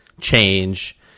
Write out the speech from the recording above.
change